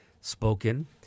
spoken